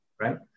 Right